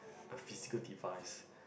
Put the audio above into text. a physical device